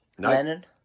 Lennon